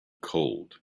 cold